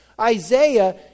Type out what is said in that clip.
Isaiah